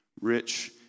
rich